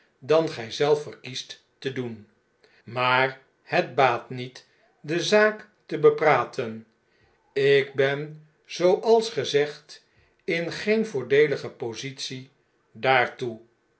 dan gij zelf verkiest te doen maar het baat niet de zaak te bepraten ik ben zooals ge zegt in geen voordeelige positie daartoe